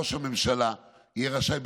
ראש הממשלה יהיה רשאי,